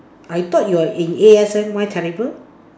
I thought you're in A_S_M_Y calibre